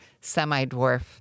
semi-dwarf